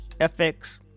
fx